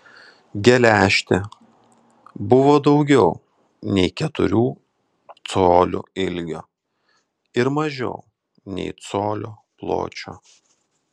geležtė buvo daugiau nei keturių colių ilgio ir mažiau nei colio pločio